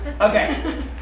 Okay